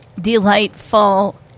delightful